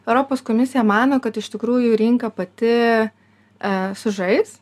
europos komisija mano kad iš tikrųjų rinka pati ee sužais